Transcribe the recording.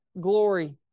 glory